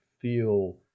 feel